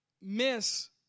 miss